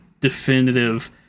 definitive